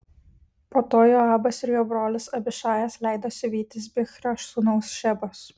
po to joabas ir jo brolis abišajas leidosi vytis bichrio sūnaus šebos